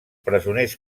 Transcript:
presoners